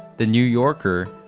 the new yorker,